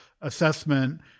assessment